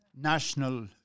national